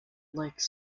lakes